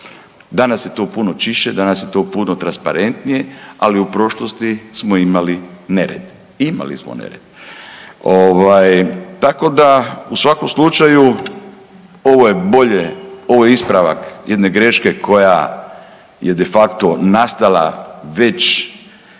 Danas je to puno čišće, danas je to puno transparentnije, ali u prošlosti smo imali nered. Imali smo nered. Trako da, u svakom slučaju, ovo je bolje, ovo je ispravak jedne greške koja je de facto nastala već